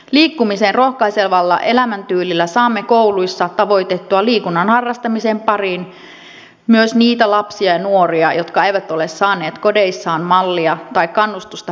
liikkumiseen rohkaisevalla elämäntyylillä saamme kouluissa tavoitettua liikunnan harrastamisen pariin myös niitä lapsia ja nuoria jotka eivät ole saaneet kodeissaan mallia tai kannustusta päivittäiseen liikkumiseen